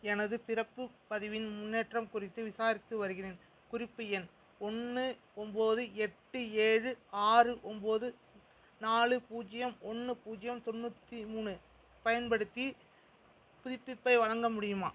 எனது பிறப்புப் பதிவின் முன்னேற்றம் குறித்து விசாரித்து வருகிறேன் குறிப்பு எண் ஒன்று ஒன்போது எட்டு ஏழு ஆறு ஒன்போது நாலு பூஜ்யம் ஒன்று பூஜ்யம் தொண்ணூற்றி மூணு பயன்படுத்தி புதுப்பிப்பை வழங்க முடியுமா